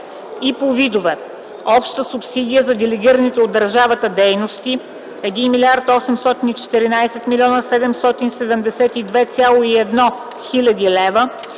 и по видове: обща субсидия за делегираните от държавата дейности 1 млрд. 814 млн. 772,1 хил. лв.,